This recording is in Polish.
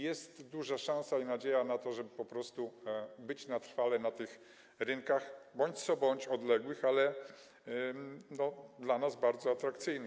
Jest duża szansa i nadzieja na to, żeby po prostu być na trwałe na tych rynkach, bądź co bądź odległych, ale dla nas bardzo atrakcyjnych.